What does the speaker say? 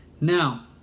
Now